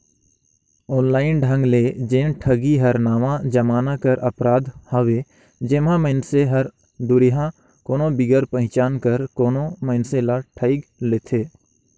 online ढंग ले जेन ठगी हर नावा जमाना कर अपराध हवे जेम्हां मइनसे हर दुरिहां कोनो बिगर पहिचान कर कोनो मइनसे ल ठइग लेथे